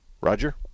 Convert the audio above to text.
Roger